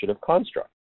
construct